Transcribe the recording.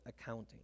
accounting